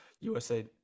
USA